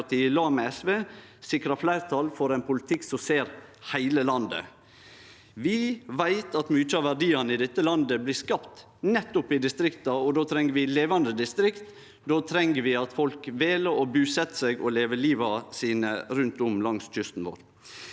med SV sikrar fleirtal for ein politikk som ser heile landet. Vi veit at mykje av verdiane i dette landet blir skapte nettopp i distrikta. Då treng vi levande distrikt, og då treng vi at folk vel å busetje seg og leve livet sitt rundt om langs kysten vår.